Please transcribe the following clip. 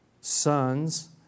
sons